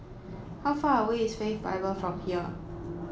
how far away is Faith Bible from here